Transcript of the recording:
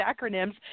acronyms